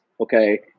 okay